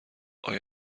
آیا